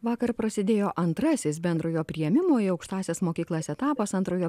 vakar prasidėjo antrasis bendrojo priėmimo į aukštąsias mokyklas etapas antrojo